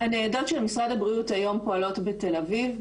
הניידות של משרד הבריאות היום פועלות בתל אביב,